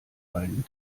reinen